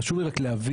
חשוב לי רק להבין,